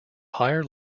higher